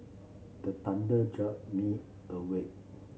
the thunder jolt me awake